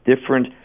different